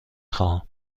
خواهم